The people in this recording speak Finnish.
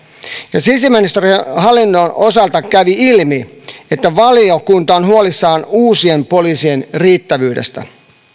ja sisäministeriön hallinnon osalta kävi ilmi että valiokunta on huolissaan uusien poliisien riittävyydestä